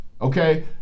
okay